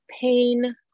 pain